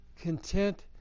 content